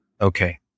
Okay